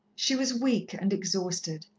she was weak and exhausted,